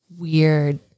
weird